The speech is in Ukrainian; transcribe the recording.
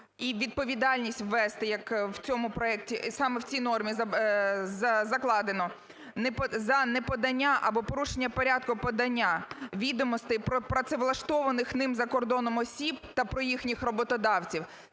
і відповідальність ввести, як в цьому проекті і саме в ці норми закладено, за неподання або порушення порядку подання відомостей про працевлаштованих ним за кордоном осіб та про їхніх роботодавців.